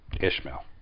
Ishmael